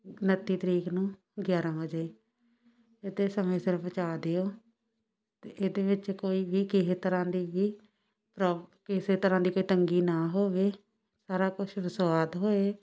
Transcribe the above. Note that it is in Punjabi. ਉਨੱਤੀ ਤਰੀਕ ਨੂੰ ਗਿਆਰ੍ਹਾਂ ਵਜੇ ਅਤੇ ਸਮੇਂ ਸਿਰ ਪਹੁੰਚਾ ਦਿਓ ਅਤੇ ਇਹਦੇ ਵਿੱਚ ਕੋਈ ਵੀ ਕਿਸੇ ਤਰ੍ਹਾਂ ਦੀ ਵੀ ਪ੍ਰੋ ਕਿਸੇ ਤਰ੍ਹਾਂ ਦੀ ਕੋਈ ਤੰਗੀ ਨਾ ਹੋਵੇ ਸਾਰਾ ਕੁਛ ਸਵਾਦ ਹੋਏ